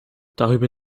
darüber